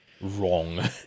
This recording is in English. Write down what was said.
wrong